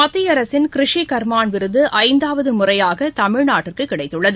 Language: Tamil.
மத்திய அரசின் கிரிஷி கர்மான் விருது ஐந்தாவது முறையாக தமிழ்நாட்டிற்கு கிடைத்துள்ளது